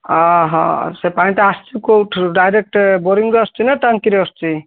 ଅ ହ ସେ ପାଣିଟା ଆସୁଛି କେଉଁଥିରୁ ଡାଇରେକ୍ଟ ବୋରିଙ୍ଗରୁ ଆସୁଛି ନା ଟାଙ୍କିରୁ ଆସୁଛି